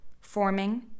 forming